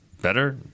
Better